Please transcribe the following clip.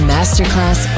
Masterclass